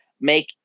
make